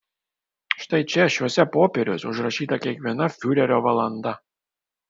štai čia šiuose popieriuose užrašyta kiekviena fiurerio valanda